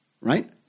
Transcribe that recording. right